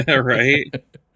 right